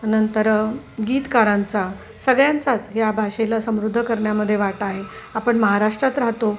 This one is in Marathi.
नंतर गीतकारांचा सगळ्यांचाच या भाषेला समृद्ध करण्यामध्ये वाटा आहे आपण महाराष्ट्रात राहतो